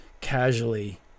casually